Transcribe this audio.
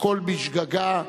הכול בשגגה.